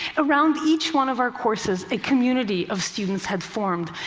around each one of our courses, a community of students had formed,